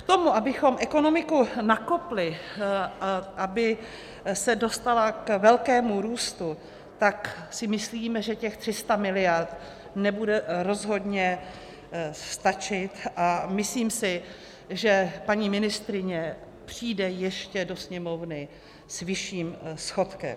K tomu, abychom ekonomiku nakopli, aby se dostala k velkému růstu, si myslím, že těch 300 miliard nebude rozhodně stačit, a myslím si, že paní ministryně přijde ještě do Sněmovny s vyšším schodkem.